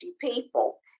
people